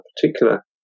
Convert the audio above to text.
particular